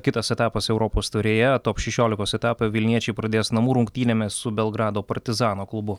kitas etapas europos taurėje top šešiolikos etapą vilniečiai pradės namų rungtynėmis su belgrado partizano klubu